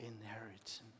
inheritance